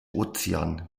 ozean